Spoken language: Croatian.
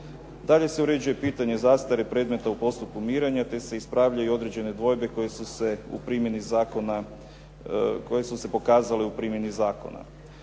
Dalje se uređuje pitanje zastare predmeta u postupku mirenja te se ispravljaju određene dvojbe koje su se pokazale u primjeni zakona.